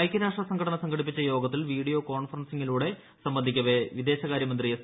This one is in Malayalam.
ഐക്യരാഷ്ട്ര സംഘടന സ്ട് ഘട്ടിപ്പിച്ച യോഗത്തിൽ വീഡിയോ കോൺഫറൻസിങ്ങിലൂട്ടു സ്്ബന്ധിക്കവേ വിദേശകാര്യ മന്ത്രി എസ്